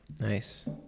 Nice